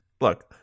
look